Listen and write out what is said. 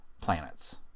planets